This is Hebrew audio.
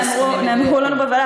אלה המספרים שנאמרו לנו בוועדה.